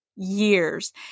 years